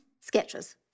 sketches